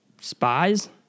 spies